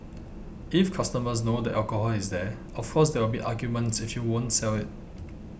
if customers know the alcohol is there of course there will be arguments if you won't sell it